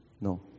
No